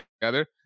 together